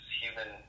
human